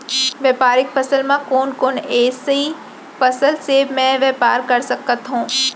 व्यापारिक फसल म कोन कोन एसई फसल से मैं व्यापार कर सकत हो?